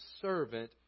servant